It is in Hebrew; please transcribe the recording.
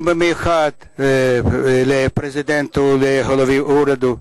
ובמיוחד ליושב-ראש הכנסת מר יולי אדלשטיין,